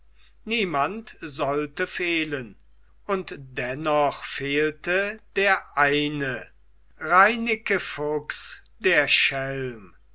niemand sollte fehlen und dennoch fehlte der eine reineke fuchs der schelm